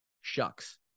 Shucks